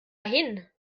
hin